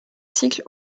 cycle